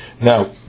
Now